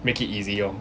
make it easy orh